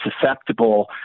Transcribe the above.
susceptible